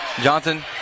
Johnson